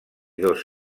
dos